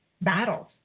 battles